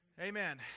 Amen